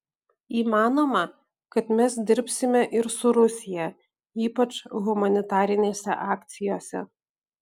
įmanoma kad mes dirbsime ir su rusija ypač humanitarinėse akcijose